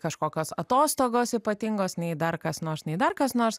kažkokios atostogos ypatingos nei dar kas nors nei dar kas nors